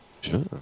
Sure